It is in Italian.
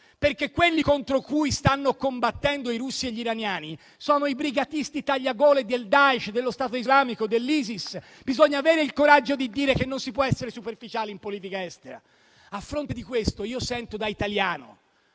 buoni. Quelli contro cui stanno combattendo i russi e gli iraniani sono i brigatisti tagliagole del Daesh, dello Stato islamico, dell'Isis. Bisogna avere il coraggio di dire che non si può essere superficiali in politica estera. A fronte di questo io sento, da italiano,